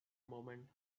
moment